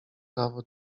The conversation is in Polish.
prawo